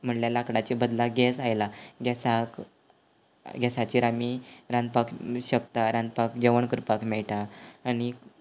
म्हणल्यार लाकडाचे बदला गॅस आयला गॅसाक गॅसाचेर आमी रांदपाक शकता रांदपाक जेवण करपाक मेळटा आनी